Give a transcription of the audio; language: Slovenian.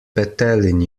petelin